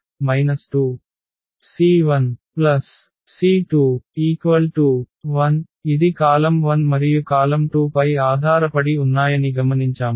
⟹ 2C1C20 ఇది column 1 మరియు column 2 పై ఆధారపడి ఉన్నాయని గమనించాము